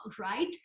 right